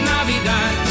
Navidad